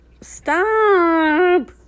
Stop